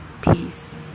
peace